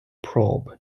probe